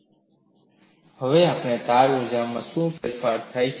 સતત વિસ્થાપન હેઠળ તિરાડની હાજરીમાં તાણ ઊર્જા પરિવર્તન અને તાણ ઊર્જા માં શું તફાવત છે